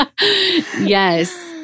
Yes